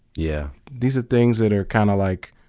yeah. these are things that are kind of like,